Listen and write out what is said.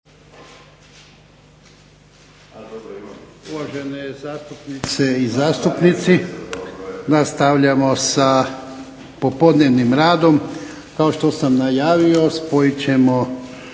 Uvažene zastupnice i zastupnici, nastavljamo sa popodnevnim radom. Kao što sam najavio spojit ćemo